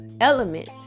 element